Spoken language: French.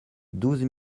douze